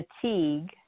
fatigue